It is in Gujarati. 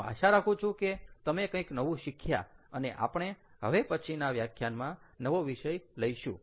હું આશા રાખું છું કે તમે કંઈક નવું શીખ્યા અને આપણે હવે પછીના વ્યાખ્યાનમાં નવો વિષય લઈશું